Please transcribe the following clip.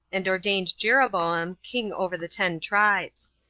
and ordained jeroboam king over the ten tribes.